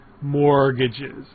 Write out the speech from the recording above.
Mortgages